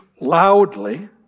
loudly